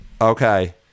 Okay